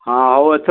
ହଁ ହଉ ଏଥ